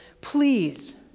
Please